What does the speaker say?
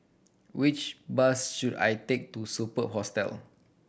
which bus should I take to Superb Hostel